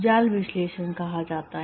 जाल विश्लेषण कहा जाता है